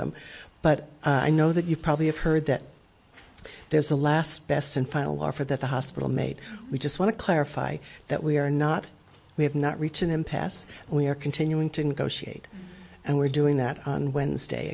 them but i know that you probably have heard that there's a last best and final offer that the hospital made we just want to clarify that we are not we have not reached an impasse and we are continuing to negotiate and we're doing that on wednesday